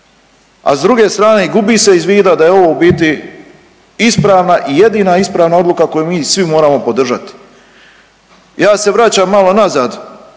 A s druge strane gubi se iz vida da je ovo u biti ispravna i jedina ispravna odluka koju mi svi moramo podržati. Ja se vraćam malo nazad.